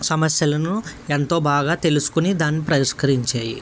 సమస్యలను ఎంతో బాగా తెలుసుకుని దాన్ని పరిష్కరించాయి